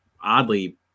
oddly